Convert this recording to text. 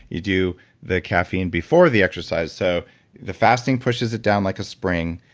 you do the caffeine before the exercise. so the fasting pushes it down like a spring,